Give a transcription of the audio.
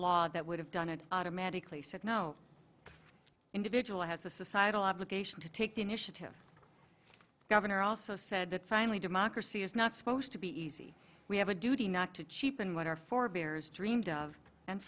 law that would have done it automatically said no individual has a societal obligation to take the initiative governor also said that finally democracy is not supposed to be easy we have a duty not to cheapen what our forebears dreamed of and